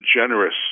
generous